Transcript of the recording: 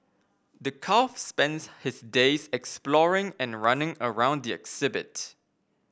the calf spends his days exploring and running around the exhibit